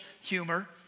humor